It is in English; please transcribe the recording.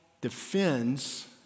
defends